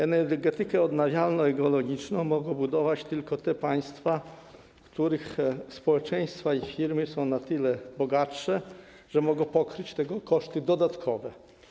Energetykę odnawialną i ekologiczną mogą budować tylko te państwa, w których społeczeństwa i firmy są na tyle bogate, że mogą pokryć tego koszty dodatkowe.